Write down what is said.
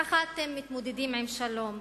כך אתם מתמודדים עם שלום,